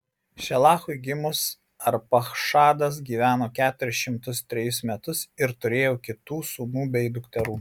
šelachui gimus arpachšadas gyveno keturis šimtus trejus metus ir turėjo kitų sūnų bei dukterų